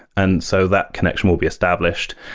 and so that connection will be established.